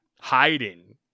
hiding